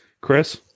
Chris